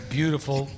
beautiful